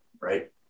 right